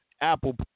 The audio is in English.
Apple